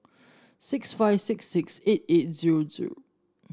six five six six eight eight zero zero